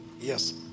yes